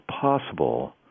possible